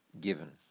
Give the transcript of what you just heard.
given